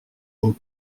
aux